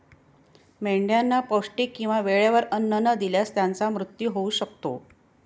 मेंढ्यांना पौष्टिक किंवा वेळेवर अन्न न दिल्यास त्यांचा मृत्यू होऊ शकतो